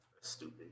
Stupid